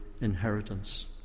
inheritance